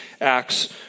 Acts